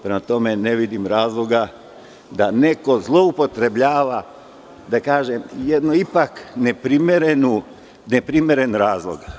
Prema tome, ne vidim razloga da neko zloupotrebljava jedan ipak neprimeren razlog.